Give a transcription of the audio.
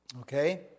Okay